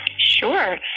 Sure